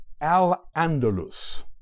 Al-Andalus